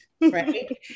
right